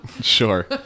sure